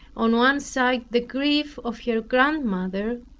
on one side the grief of her grandmother,